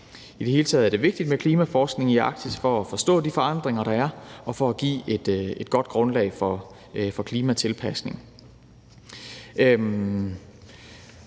I det hele taget er det vigtigt med klimaforskning i Arktis for at forstå de forandringer, der er, og for at give et godt grundlag for klimatilpasning.